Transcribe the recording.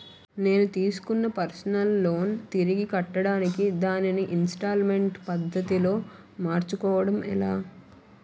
నేను తిస్కున్న personal loan తిరిగి కట్టడానికి దానిని ఇంస్తాల్మేంట్ పద్ధతి లో మార్చుకోవడం ఎలా?